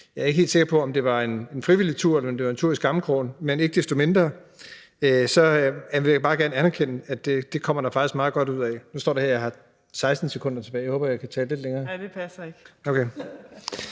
Jeg er ikke helt sikker på, om det var en frivillig tur, eller om det var en tur i skammekrogen, men ikke desto mindre vil jeg bare gerne anerkende, at det kommer der faktisk meget godt ud af. Jeg synes faktisk, at det har været en kvalitet at få hr. Morten Messerschmidt tilbage fra Europa-Parlamentet